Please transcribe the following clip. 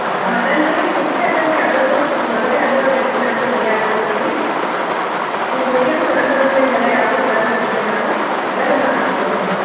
ಆರಾಮ ಇದಾನ್ ರೀ ಸುಸ್ತೂ ಇದಾನ್ ರೀ ಸಲ್ಪ ಜ್ವರಾನೆ ಇದಾವ್ ರೀ ಅದಕ್ಕೆ ನಮಗೆ ಭಯ ಆಗ್ಲತ್ತದೆ ರೀ ಗುಳ್ಗೆ ಯಾವುದೂ ಕೊಡಕ್ಕೆ ಬರಲ್ಲ ರೀ ಹಾಗೆಲ್ಲ ಯಾವುದೂ ಕೊಡಲ್ಲ ರೀ ಸುಮ್ಮನೆ ನಾವು ಬನ್ರಿ ನಾ ಆದಷ್ಟು ಜಲ್ದಿ ರೀ